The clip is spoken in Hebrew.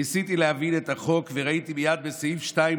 ניסיתי להבין את החוק וראיתי מייד בסעיף 2,